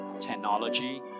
technology